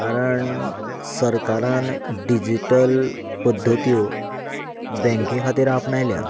कारण सरकारान डिजीटल पद्दत्यो बँके खातीर आपणायल्या